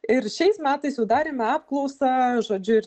ir šiais metais jau darėme apklausą žodžiu ir